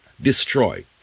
destroy